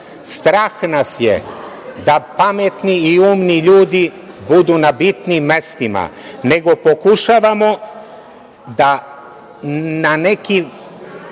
strah nas je da pametni i umni ljudi budu na bitnim mestima, nego pokušavamo da na nekim